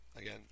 again